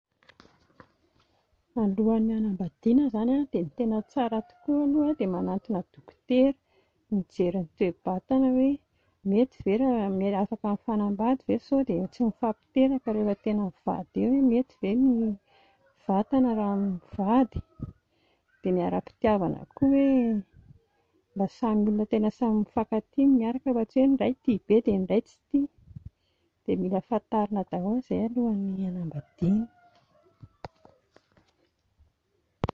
Alohan'ny hanambadiana izany dia tena tsara tokoa aloha dia manatona dokotera mijery ny toe-batana hoe mety ve raha afaka mifanambady ve sao dia tsy mifampiteraka rehefa tena mivady eo hoe mety ve ny vatana raha mivady, dia ny ara-pitiavana koa hoe mba samy olona tena samy mifankatia no miaraka fa tsy hoe ny iray tia be dia ny iray tsy tia, dia mila fantarina daholo izay alohan'ny hanambadiana